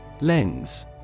Lens